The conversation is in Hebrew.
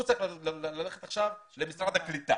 הוא צריך ללכת עכשיו למשרד הקליטה.